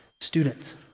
students